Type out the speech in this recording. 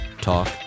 Talk